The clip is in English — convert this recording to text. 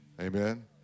Amen